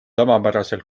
tavapäraselt